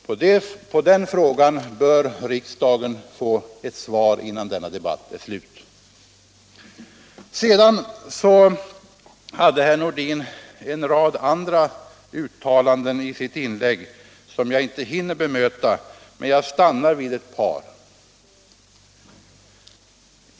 På den frågan bör riksdagen få ett svar innan denna debatt är slut. Sedan gjorde herr Nordin en rad andra uttalanden i sitt inlägg som jag inte hinner bemöta, men jag stannar vid ett par.